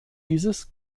dieses